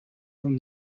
from